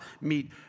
meet